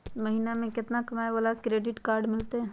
महीना में केतना कमाय वाला के क्रेडिट कार्ड मिलतै?